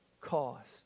cost